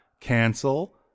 Cancel